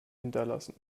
hinterlassen